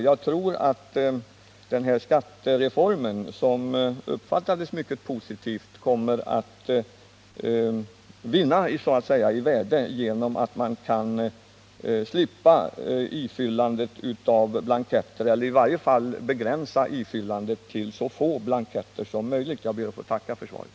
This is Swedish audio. Jag tror att den här skattereformen, som uppfattats mycket positivt, kommer att vinna i värde om man kan slippa att fylla i blanketter eller i varje fall begränsa ifyllandet till så få blanketter som möjligt. Jag ber att få tacka för svaret.